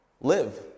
live